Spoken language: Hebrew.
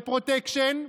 לפרוטקשן,